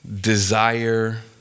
desire